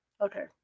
Okay